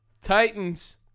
Titans